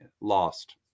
lost